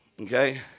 Okay